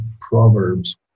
proverbs